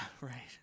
right